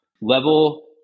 level